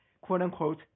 quote-unquote